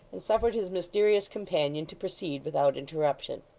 and suffered his mysterious companion to proceed without interruption.